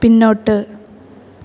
പിന്നോട്ട്